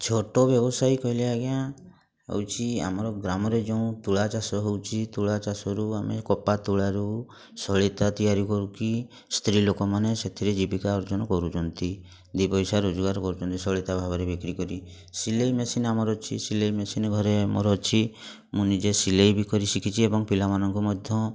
ଛୋଟ ବ୍ୟବସାୟୀ କହିଲେ ଆଜ୍ଞା ହଉଛି ଆମର ଗ୍ରାମରେ ଯେଉଁ ତୁଳା ଚାଷ ହଉଛି ତୁଳା ଚାଷରୁ ଆମେ କପା ତୁଳାରୁ ସଳିତା ତିଆରି କରୁକି ସ୍ତ୍ରୀ ଲୋକମାନେ ସେଥିରେ ଜୀବିକା ଅର୍ଜନ କରୁଛନ୍ତି ଦୁଇ ପଇସା ରୋଜଗାର କରୁଛନ୍ତି ସଳିତା ଭାବରେ ବିକ୍ରି କରି ସିଲେଇ ମେସିନ୍ ଆମର ଅଛି ସିଲେଇ ମେସିନ୍ ଘରେ ମୋର ଅଛି ମୁଁ ନିଜେ ସିଲେଇ ବି କରି ଶିଖିଛି ଏବଂ ପିଲାମାନଙ୍କୁ ମଧ୍ୟ